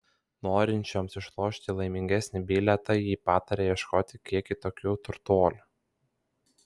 norinčioms išlošti laimingesnį bilietą ji pataria ieškoti kiek kitokių turtuolių